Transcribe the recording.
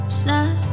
snap